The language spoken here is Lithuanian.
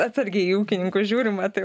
atsargiai į ūkininkus žiūrima tai